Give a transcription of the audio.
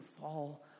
fall